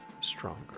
stronger